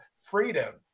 freedom